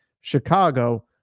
Chicago